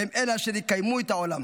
והן אלה אשר יקיימו את העולם.